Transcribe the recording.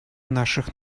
наших